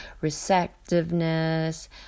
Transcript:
receptiveness